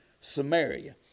samaria